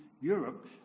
Europe